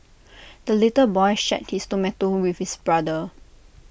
the little boy shared his tomato with his brother